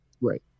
Right